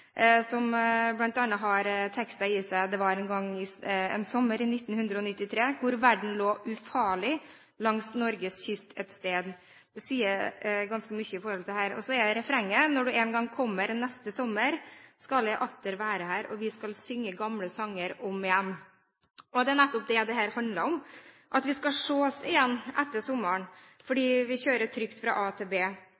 som farer att og fram. Sommeridyll kan også være lyden av deLillos’ sang «Neste sommer», der det bl.a. heter i teksten: «Det var en gang en sommer i nittenhundre-og-nittitre Hvor verden lå ufarlig langs Norges kyst et sted» Det sier ganske mye i forhold til dette. Og så er refrenget: «Når du en gang kommer neste sommer Skal jeg atter være her Og vi skal synge gamle sanger om igjen» Det er nettopp det dette handler om, at vi skal ses igjen etter sommeren